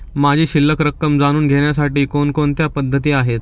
माझी शिल्लक रक्कम जाणून घेण्यासाठी कोणकोणत्या पद्धती आहेत?